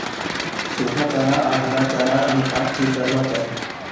सुखा चारा आर हरा चारार अनुपात ठीक रोह्वा चाहि